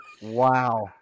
Wow